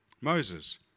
Moses